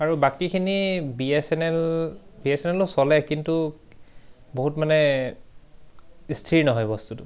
আৰু বাকীখিনি B S N L B S N এলো চলে কিন্তু বহুত মানে স্থিৰ নহয় বস্তুটো